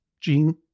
Gene